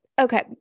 Okay